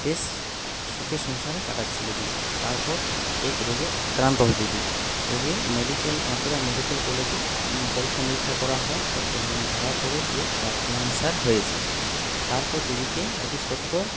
বেশ সুখে সংসারে কাটাচ্ছিল দিদি তারপর এক রোগে আক্রান্ত হয় দিদি রোগে মেডিকেল বাঁকুড়া মেডিকেল কলেজে পরীক্ষা নীরিক্ষা করা হয় তো ধরা পড়ে যে ব্লাড ক্যান্সার হয়েছে তারপর দিদিকে অতি সত্বর